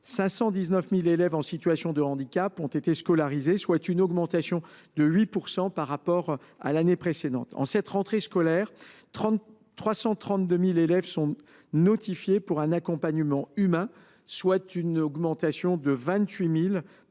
519 000 élèves en situation de handicap qui ont été scolarisés, soit une augmentation de 8 % par rapport à l’année précédente. En cette rentrée scolaire, 332 000 élèves sont notifiés pour un accompagnement humain, soit une augmentation de 28 000